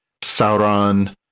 Sauron